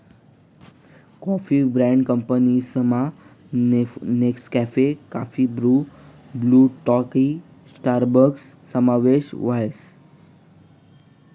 coffee brand कंपनीसमा Nescafe, काफी ब्रु, ब्लु टोकाई स्टारबक्सना समावेश व्हस